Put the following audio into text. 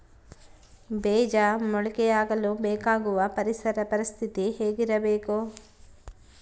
ಬೇಜ ಮೊಳಕೆಯಾಗಲು ಬೇಕಾಗುವ ಪರಿಸರ ಪರಿಸ್ಥಿತಿ ಹೇಗಿರಬೇಕು?